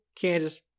Kansas